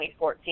2014